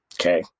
okay